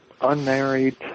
unmarried